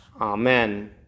Amen